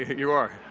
you are.